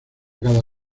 cada